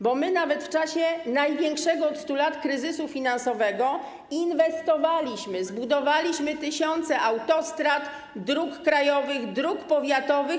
Bo my nawet w czasie największego od 100 lat kryzysu finansowego inwestowaliśmy, zbudowaliśmy tysiące autostrad, dróg krajowych, dróg powiatowych.